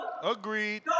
Agreed